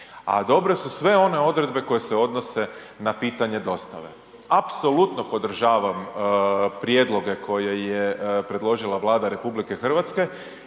a dobre su sve one odredbe koje se odnose na pitanje dostave. Apsolutno podržavam prijedloge koje je predložila Vlada RH, imao